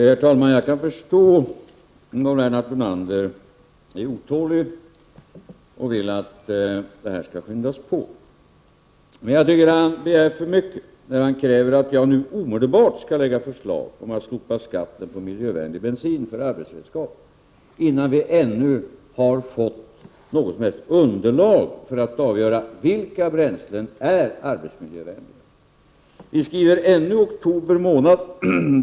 Herr talman! Jag kan förstå om Lennart Brunander är otålig och vill att det här skall skyndas på, men jag tycker han begär för mycket när han kräver att jag nu omedelbart skall lägga fram förslag om att slopa skatten på miljövänlig bensin för arbetsredskap, innan vi ännu har fått något som helst underlag för att avgöra vilka bränslen som är arbetsmiljövänliga. Vi skriver ännu oktober månad.